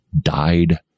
died